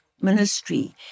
ministry